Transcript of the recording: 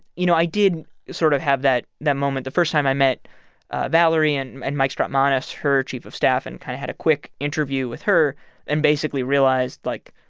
you know, i did sort of have that that moment the first time i met valerie and and mike strautmanis, her chief of staff, and kind of had a quick interview with her and basically realized, like,